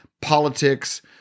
politics